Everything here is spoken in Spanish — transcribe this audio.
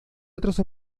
otros